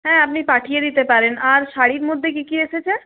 হ্যাঁ আপনি পাঠিয়ে দিতে পারেন আর শাড়ির মধ্যে কী কী এসেছে